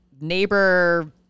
neighbor